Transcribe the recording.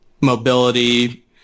mobility